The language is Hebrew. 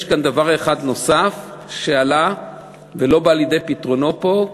יש כאן דבר נוסף שעלה ולא בא לידי פתרונו פה.